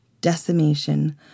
decimation